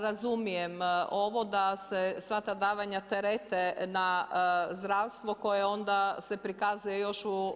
Razumijem ovo da se sva ta davanja terete na zdravstvo koje onda se prikazuje još u